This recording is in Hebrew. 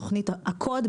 תוכנית הקוד.